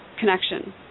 connection